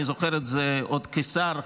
אני זוכר את זה עוד כשר,